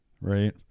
right